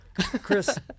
Chris